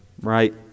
right